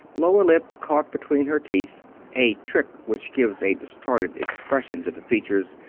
lower lip caught between her teeth a trick which gives a distorted expression to the features,